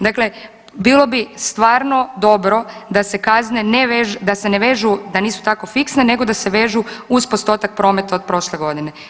Dakle bilo bi stvarno dobro da se kazne ne vežu, da se ne vežu, da nisu tako fiksne nego da se vežu uz postotak prometa od prošle godine.